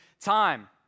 time